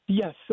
Yes